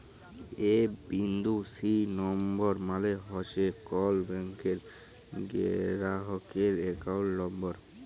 এ বিন্দু সি লম্বর মালে হছে কল ব্যাংকের গেরাহকের একাউল্ট লম্বর